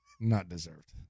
Not-deserved